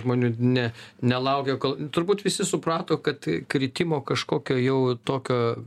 žmonių ne nelaukia kol turbūt visi suprato kad kritimo kažkokio jau tokio